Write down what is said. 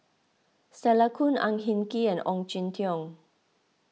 Stella Kon Ang Hin Kee and Ong Jin Teong